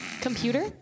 Computer